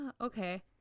Okay